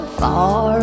far